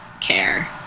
care